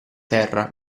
terra